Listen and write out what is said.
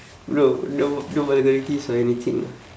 bro no no vulgarities or anything ah